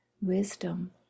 wisdom